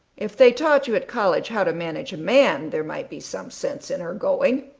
if they taught you at college how to manage a man there might be some sense in her going.